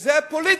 שזאת פוליטיקה: